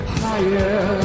higher